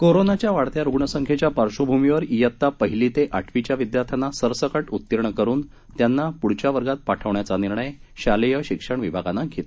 कोरोनाच्या वाढत्या रुग्णसंख्येच्या पार्श्वभूमीवर शित्ता पहिली ते आठवीच्या विद्यार्थ्यांना सरसकट उत्तीर्ण करून त्यांना पुढच्या वर्गात पाठवण्याचा निर्णय शालेय शिक्षण विभागानं घेतला आहे